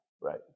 right